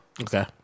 Okay